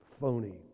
phony